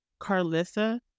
Carlissa